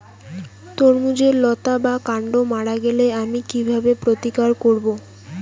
তরমুজের লতা বা কান্ড মারা গেলে আমি কীভাবে প্রতিকার করব?